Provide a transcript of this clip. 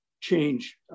change